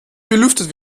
belüftet